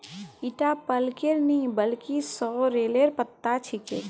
ईटा पलकेर नइ बल्कि सॉरेलेर पत्ता छिके